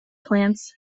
plants